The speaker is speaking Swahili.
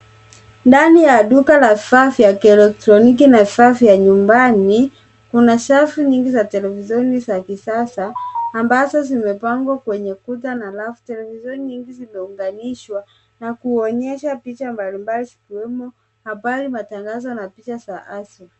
Ndani ya duka la vifaa vya kielektroniki na vifaa vya nyumbani, kuna safu nyingi za televisheni za kisasa ambazo zimepangwa kwenye kuta na rafu. Televisheni nyingi zimeunganishwa na kuonyesha picha mbalimbali, zikiwemo habari, matangazo, na picha za asili.